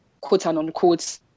quote-unquote